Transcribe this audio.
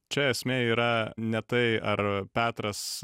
čia esmė yra ne tai ar petras